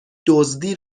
دزدی